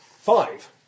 Five